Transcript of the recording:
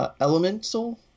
Elemental